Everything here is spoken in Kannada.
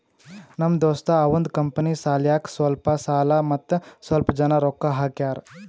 ನಮ್ ದೋಸ್ತ ಅವಂದ್ ಕಂಪನಿ ಸಲ್ಯಾಕ್ ಸ್ವಲ್ಪ ಸಾಲ ಮತ್ತ ಸ್ವಲ್ಪ್ ಜನ ರೊಕ್ಕಾ ಹಾಕ್ಯಾರ್